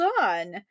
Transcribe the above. on